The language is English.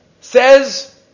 Says